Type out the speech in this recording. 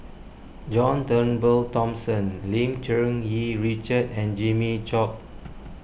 John Turnbull Thomson Lim Cherng Yih Richard and Jimmy Chok